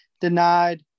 denied